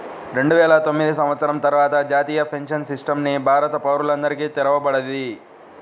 రెండువేల తొమ్మిది సంవత్సరం తర్వాత జాతీయ పెన్షన్ సిస్టమ్ ని భారత పౌరులందరికీ తెరవబడింది